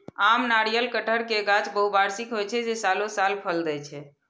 आम, नारियल, कहटर के गाछ बहुवार्षिक होइ छै, जे सालों साल फल दै छै